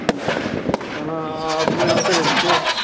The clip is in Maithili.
हँ अहाँ अपने आते रहै छियै